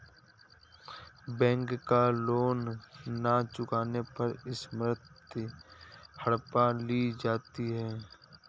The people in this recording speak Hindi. बैंक का लोन न चुकाने पर संपत्ति हड़प ली जाती है